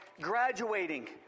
graduating